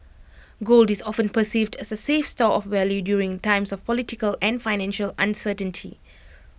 gold is often perceived as A safe store of value during times of political and financial uncertainty